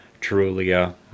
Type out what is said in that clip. Trulia